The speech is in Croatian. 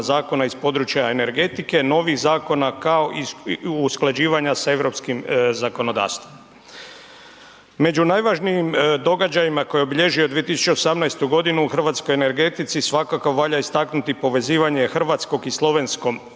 zakona iz područja energetike, novih zakona kao i usklađivanja sa europskim zakonodavstvom. Među najvažnijim događajima koji je obilježio 2018. godinu u hrvatskoj energetici svakako valja istaknuti povezivanja hrvatskog i slovenskom